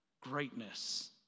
greatness